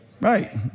right